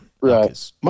right